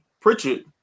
Pritchard